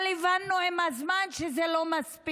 אבל עם הזמן הבנו שזה לא מספיק.